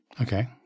Okay